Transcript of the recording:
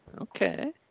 Okay